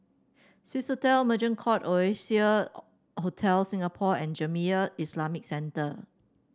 Swissotel Merchant Court Oasia Hotel Singapore and Jamiyah Islamic Centre